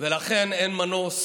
ולכן, אין מנוס